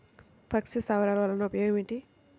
పక్షి స్థావరాలు వలన ఉపయోగం ఏమిటి?